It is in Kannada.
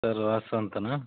ಸರ್ ವಾಸು ಅಂತನ